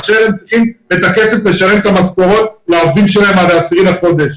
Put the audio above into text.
כאשר הם צריכים לשלם את המשכורות לעובדים שלהם עד ה-10 בחודש.